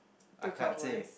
I can't say